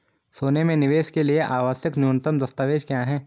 सोने में निवेश के लिए आवश्यक न्यूनतम दस्तावेज़ क्या हैं?